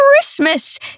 Christmas